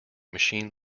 machine